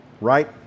right